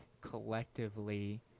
collectively